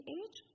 age